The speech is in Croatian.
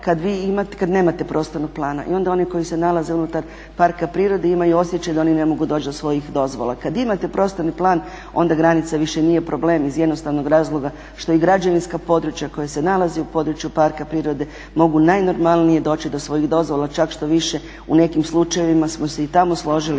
kad nemate prostornog plana i onda oni koji se nalaze unutar parka prirode imaju osjećaj da oni ne mogu doći do svojih dozvola. Kad imate prostorni plan onda granica više nije problem iz jednostavnog razloga što i građevinska područja koja se nalaze u području parka prirode mogu najnormalnije doći do svojih dozvola, čak štoviše u nekim slučajevima smo se i tamo složili,